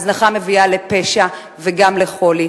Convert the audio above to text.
הזנחה מביאה לפשע וגם לחולי.